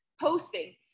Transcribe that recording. posting